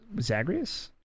Zagreus